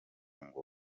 ngo